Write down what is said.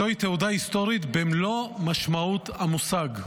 זוהי תעודה היסטורית במלוא משמעות המושג,